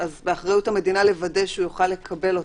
באחריות המדינה לוודא שיוכל לקבל אותם.